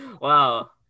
wow